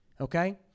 okay